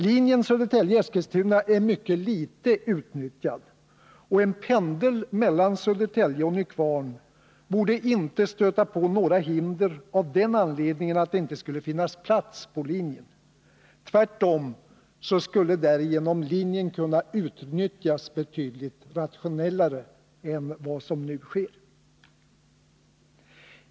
Linjen Södertälje-Eskilstuna är mycket litet utnyttjad, och en pendel mellan Södertälje och Nykvarn borde inte stöta på några hinder av den anledningen att det inte skulle finnas plats på linjen. Tvärtom skulle därigenom linjen kunna utnyttjas betydligt rationellare än vad som nu sker.